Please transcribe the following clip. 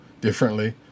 differently